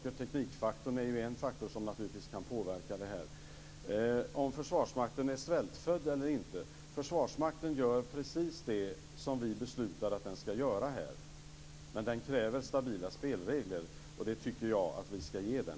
Teknikfaktorn är en faktor som naturligtvis kan påverka. Är Försvarsmakten svältfödd eller inte? Försvarsmakten gör precis det som vi beslutar att den skall göra. Men den kräver stabila spelregler, och det tycker jag att vi skall ge den.